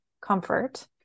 comfort